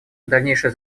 дальнейшее